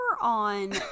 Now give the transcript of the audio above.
on